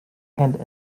and